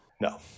No